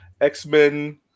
X-Men